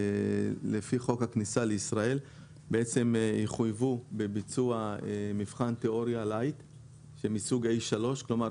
לפי חוק הכניסה לישראל יחויבו בביצוע מבחן תיאוריה מסוג A-3. כלומר,